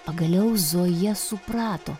pagaliau zoja suprato